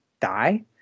die